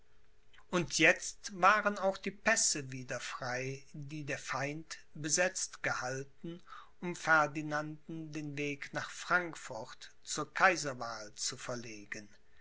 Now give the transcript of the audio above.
und jetzt waren auch die pässe wieder frei die der feind besetzt gehalten um ferdinanden den weg nach frankfurt zur kaiserwahl zu verlegen